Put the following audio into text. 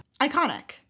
Iconic